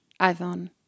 iPhone